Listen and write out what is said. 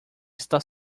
está